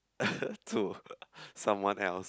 to someone else